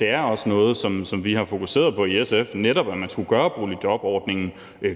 det er også noget, som vi har fokuseret på i SF, altså at man netop skulle gøre boligjobordningen